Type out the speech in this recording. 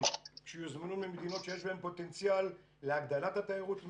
שיוזמנו ממדינות שיש בהן פוטנציאל להגדלת התיירות מהם.